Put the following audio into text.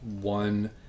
one